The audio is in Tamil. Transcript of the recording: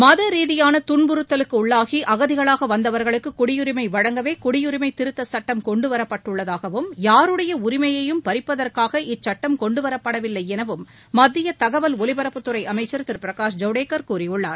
மத ரீதியான துன்புறுத்தலுக்குள்ளாகி அகதிகளாக வந்தவர்களுக்கு குடியுரிமை வழங்கவே குடியரிமை திருத்தச்சுட்டம் கொண்டுவரப்பட்டுள்ளதாகவும் யாருடையை உரிமையையும் பறிப்பதற்காக இச்சுட்டம் கொண்டுவரப்படவில்லை எனவும் மத்திய தகவல் ஒலிபரப்புத்துறை அமைச்சர் திரு பிரகாஷ் ஜவடேகர் கூறியுள்ளார்